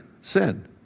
Sin